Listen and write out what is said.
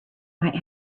might